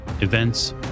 events